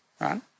right